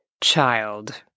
child